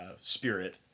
spirit